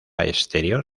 exterior